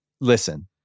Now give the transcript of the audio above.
listen